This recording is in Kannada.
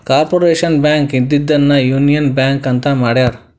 ಕಾರ್ಪೊರೇಷನ್ ಬ್ಯಾಂಕ್ ಇದ್ದಿದ್ದನ್ನ ಯೂನಿಯನ್ ಬ್ಯಾಂಕ್ ಅಂತ ಮಾಡ್ಯಾರ